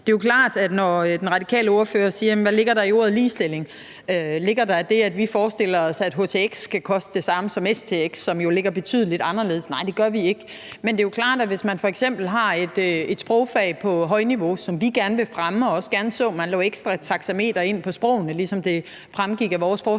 institutionslovgivningen. Den radikale ordfører spørger, hvad der ligger i ordet ligestilling. Ligger der i det, at vi forestiller os, at htx skal koste det samme som stx, som jo ligger betydeligt anderledes? Nej, det gør vi ikke, men det er jo klart, at hvis man f.eks. har et sprogfag på højniveau, som vi gerne vil fremme, og som vi også gerne så man lagde ekstra taxameter ind på, altså sprogene, ligesom det fremgik af vores forslag